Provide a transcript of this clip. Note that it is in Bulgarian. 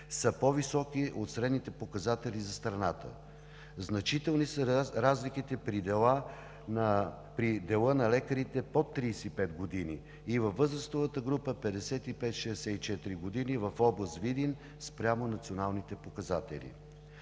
са по-високи от средните показатели за страната. Значителни са разликите при дела на лекарите под 35 години и във възрастовата група 55 – 64 години в област Видин спрямо националните показатели.